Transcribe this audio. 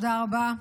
תודה רבה.